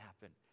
happen